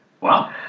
Wow